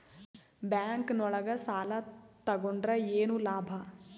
Bank ನೊಳಗ ಸಾಲ ತಗೊಂಡ್ರ ಏನು ಲಾಭ?